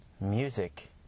music